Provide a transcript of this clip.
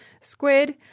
squid